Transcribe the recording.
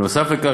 נוסף לכך,